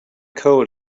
cold